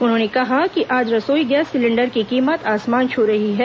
उन्होंने कहा कि आज रसोई गैस सिलेंडर की कीमत आसमान छू रही है